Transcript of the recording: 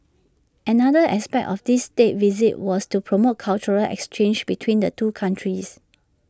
another aspect of this State Visit was to promote cultural exchanges between the two countries